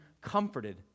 comforted